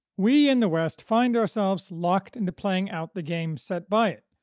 we in the west find ourselves locked into playing out the game set by it,